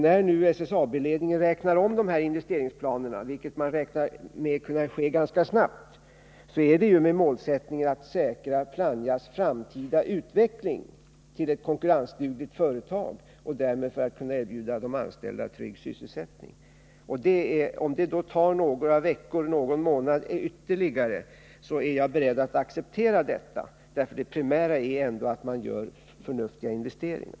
När SSAB-ledningen nu räknar om investeringsplanerna, vilket man anser skall kunna göras ganska snabbt, är det med målsättningen att säkra Plannjas framtida utveckling till ett konkurrenskraftigt företag och därmed erbjuda de anställda trygg sysselsättning. Om det då tar någon månad ytterligare, är jag beredd att acceptera det, eftersom det primära ändå är att man gör förnuftiga investeringar.